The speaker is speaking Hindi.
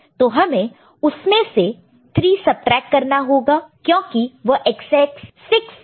तो हमें उसमें से 3 सबट्रैक्ट करना होगा क्योंकि वह एकसेस 6 है